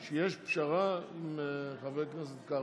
אני יודע שפרסמו שיש פשרה עם חבר הכנסת קארה,